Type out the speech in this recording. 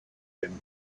him